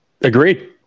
agreed